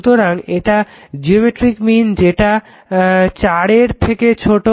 সুতরাং এটা geometric mean যেটা 4 এর থেকে ছোট